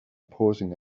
pausing